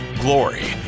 Glory